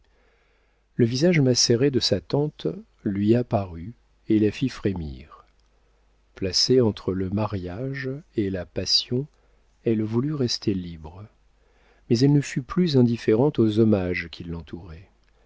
le visage macéré de sa tante lui apparut et la fit frémir placée entre le mariage et la passion elle voulut rester libre mais elle ne fut plus indifférente aux hommages qui